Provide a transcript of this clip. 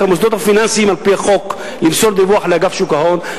את המוסדות הפיננסיים על-פי החוק למסור דיווח לאגף שוק ההון.